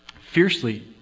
fiercely